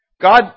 God